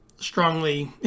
Strongly